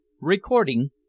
Recording